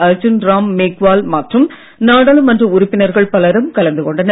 அர்ஜுன் ராம் மேக்வால் மற்றும் நாடாளுமன்ற உறுப்பினர்கள் பலரும் கலந்து கொண்டனர்